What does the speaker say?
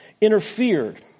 interfered